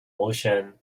motion